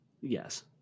Yes